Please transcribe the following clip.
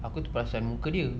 aku terperasan muka dia